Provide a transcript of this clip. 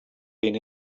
been